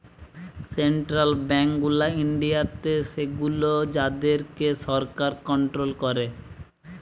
central bank গুলা ইন্ডিয়াতে সেগুলো যাদের কে সরকার কন্ট্রোল করে